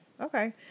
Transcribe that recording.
Okay